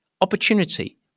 opportunity